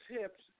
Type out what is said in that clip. tips